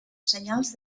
senyals